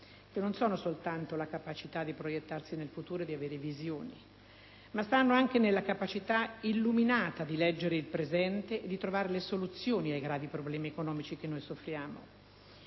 che non sono soltanto la capacità di proiettarsi nel futuro e di avere una visione, ma stanno anche nella capacità illuminata di leggere il presente e di trovare le soluzioni ai gravi problemi economici che noi soffriamo.